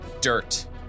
dirt